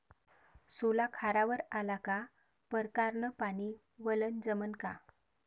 सोला खारावर आला का परकारं न पानी वलनं जमन का?